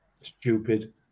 stupid